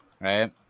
Right